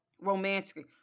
romantically